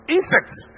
Insects